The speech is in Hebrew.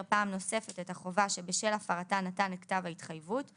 פעם נוספת את החובה שבשל הפרתה נתן את כתב ההתחייבות,